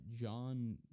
John